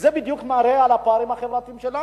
זה בדיוק מראה על הפערים החברתיים שלנו.